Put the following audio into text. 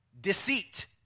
deceit